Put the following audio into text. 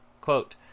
Quote